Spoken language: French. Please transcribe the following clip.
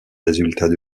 résultats